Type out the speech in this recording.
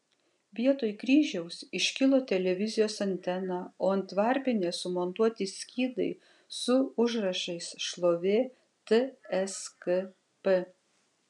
vietoj kryžiaus iškilo televizijos antena o ant varpinės sumontuoti skydai su užrašais šlovė tskp